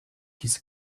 his